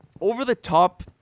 over-the-top